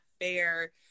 fair